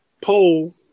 poll